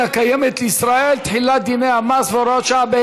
קיימת לישראל (תחולת דיני המס והוראת שעה),